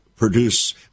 produce